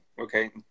okay